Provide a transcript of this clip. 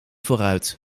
vooruit